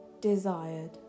desired